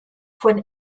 von